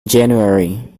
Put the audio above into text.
january